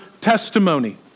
testimony